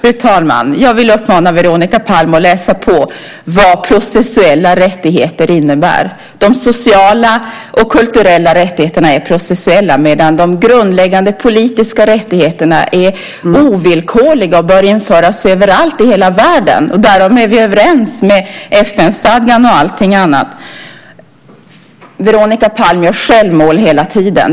Fru talman! Jag vill uppmana Veronica Palm att läsa på om processuella rättigheter och vad de innebär. De sociala och kulturella rättigheterna är processuella, medan de grundläggande politiska rättigheterna är ovillkorliga och bör införas överallt i hela världen. Därom är vi överens med FN-stadgan och allting annat. Veronica Palm gör hela tiden självmål.